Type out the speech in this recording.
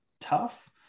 tough